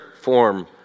form